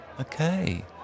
okay